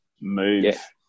move